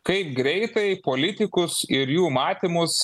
kaip greitai politikus ir jų matymus